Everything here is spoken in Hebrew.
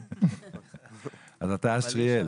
אז אתה אשריאל.